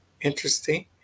Interesting